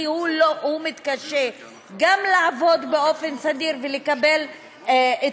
כי הם מתקשים גם לעבוד באופן סדיר ולקבל את